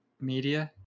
Media